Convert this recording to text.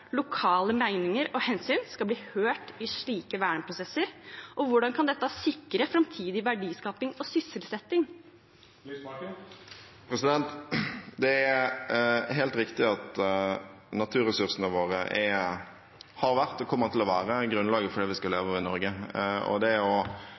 lokale meninger og hensyn skal bli hørt i slike verneprosesser, og hvordan kan dette sikre framtidig verdiskaping og sysselsetting? Det er helt riktig at naturressursene våre har vært og kommer til å være grunnlaget for det vi skal